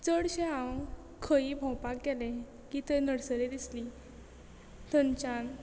चडशें हांव खंयूय भोंवपाक गेलें की थंय नर्सरी दिसली थंयच्यान